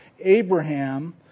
Abraham